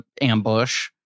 ambush